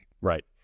Right